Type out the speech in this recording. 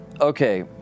Okay